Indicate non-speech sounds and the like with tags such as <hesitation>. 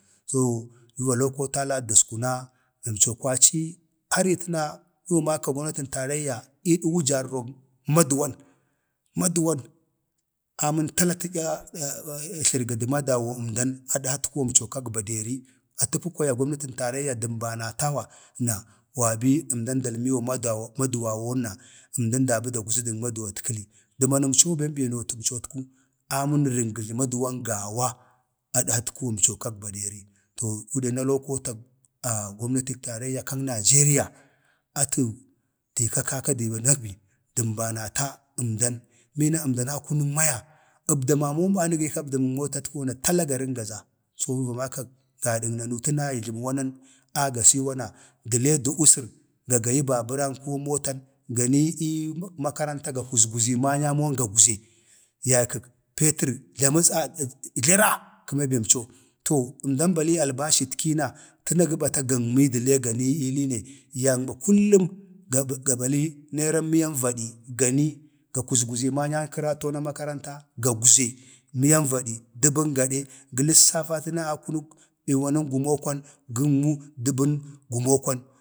so yu va lokotala atədəskuna bemco kwaci har ii tənayu va makag gomnatan taraiyya ii dəg wujərron maduwan, maduwan amən tala tlərgədə də maduwwan əmdan adəhatkuwamco kan baderi atəpə kwaya gomnatin taraiyya dəmbanatawana wa bi əmdan dalmiwa maduwawon na əmdan dabə dagwzədən maduwatkəli dəmanəmco bem be nootəmcotku amən rəngəza maduwa gaawa adhatkuwamco kag baderi. to yu dai na lokotag <hesitation> gomnatək taraiyya kan nijeria, atu dii ka kaka dən nabi, dəmbanata əmdan, mina əmdan akunən maya. 3bdamamon bani giika əbdamanmotkuwa na tala ga rəngaza, so yu va maka godan nanu tana ya jləmən wanan a gasewa, də le də wusər ga gayi babəran ko motan ganii ii makaranta ga kuzguzi manyamon gagwze yaykag petər jləmə jləra, jləmə <hesitation> jləra kə ma bemco. to əmdan balii gi albashitkina təna gə bata ganmi dəle gani ii liine, yanma kullum g ga balii manyaam kəraton a makaranta gagwze miyan vadi, dəban gade, gə ləssafata na akunək ii wanən gumo kwan gənmu dəbəb gumoo kwan,